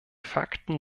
fakten